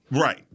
Right